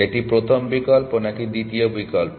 একটি প্রথম বিকল্প নাকি দ্বিতীয় বিকল্প